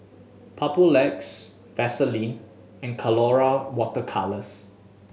Papulex Vaselin and Colora Water Colours